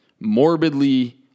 morbidly –